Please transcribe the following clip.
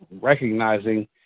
recognizing